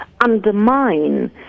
undermine